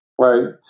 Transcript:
right